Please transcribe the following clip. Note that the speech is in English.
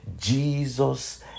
Jesus